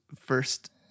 first